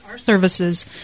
Services